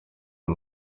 uyu